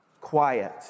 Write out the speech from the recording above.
quiet